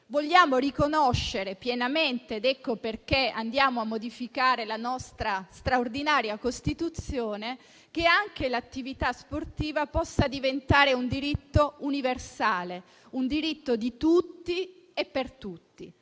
Vogliamo infatti riconoscere pienamente - ecco perché andiamo a modificare la nostra straordinaria Costituzione - che anche l'attività sportiva possa diventare un diritto universale, di tutti e per tutti.